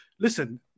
listen